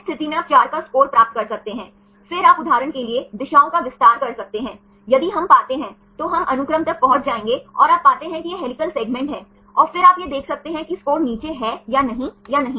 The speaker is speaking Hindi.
इस स्थिति में आप 4 का स्कोर प्राप्त कर सकते हैं फिर आप उदाहरण के लिए दिशाओं का विस्तार कर सकते हैं यदि हम पाते हैं तो हम अनुक्रम तक पहुंच जाएंगे और आप पाते हैं कि यह हेलिकल सेगमेंट है और फिर आप यह देख सकते हैं कि स्कोर नीचे है या नहीं या नहीं